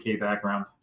background